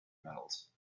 metals